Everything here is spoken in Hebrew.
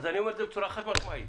אני אומר בצורה חד משמעית